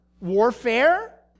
warfare